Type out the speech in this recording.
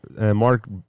Mark